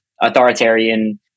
authoritarian